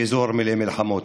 באזור מלא מלחמות.